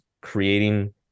creating